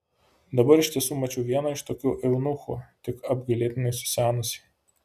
dabar iš tiesų mačiau vieną iš tokių eunuchų tik apgailėtinai susenusį